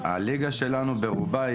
אנחנו רוצים שכל מי שפועל באופן לא